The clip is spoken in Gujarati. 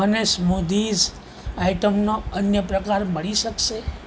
મને સ્મૂધીઝ આઇટમનો અન્ય પ્રકાર મળી શકશે